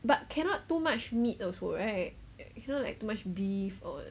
but cannot too much meat also right like cannot like too much beef or